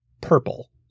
purple